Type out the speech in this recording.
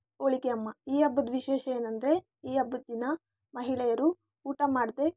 ಹೋಳಿಗೆಯ ಈ ಹಬ್ಬದ ವಿಶೇಷ ಏನೆಂದ್ರೆ ಈ ಹಬ್ಬದ ದಿನ ಮಹಿಳೆಯರು ಊಟ ಮಾಡದೇ